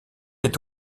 est